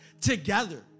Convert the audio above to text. together